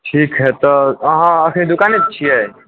ठीक है तऽ अहाँ अखन दुकाने पर छियै